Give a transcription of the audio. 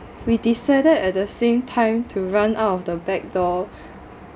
we decided at the same time to run out of the back door